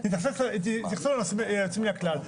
תתייחסו ליוצאים מן הכלל.